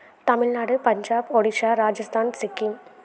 Tamil Nadu Punjab Odisha Rajasthan Sikkim